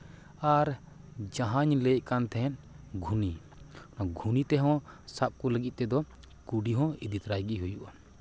ᱟᱨ ᱡᱟᱦᱟᱧ ᱞᱟᱹᱭᱮᱫ ᱠᱟᱱ ᱛᱟᱦᱮᱸᱫ ᱜᱷᱩᱱᱤ ᱜᱷᱩᱱᱤ ᱛᱮᱦᱚᱸ ᱥᱟᱵ ᱠᱚ ᱞᱟᱹᱜᱤᱫ ᱛᱮᱫᱚ ᱠᱩᱰᱤᱦᱚᱸ ᱤᱫᱤ ᱛᱚᱨᱟᱭ ᱜᱮ ᱦᱩᱭᱩᱜᱼᱟ